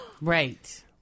Right